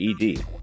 ED